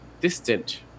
distant